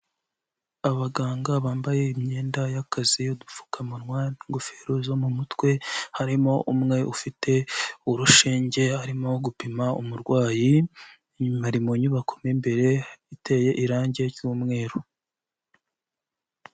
Abaganga bambaye imyenda y'akazi, idupfukamunwa n'ingofero zo mu mutwe, harimo umwe ufite urushinge arimo gupima umurwayi, bari mu nyubako mu imbere iteye irange ry'umweru.